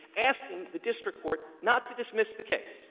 asking the district court not to dismiss the case.